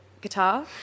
Guitar